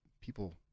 people